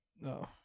No